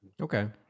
Okay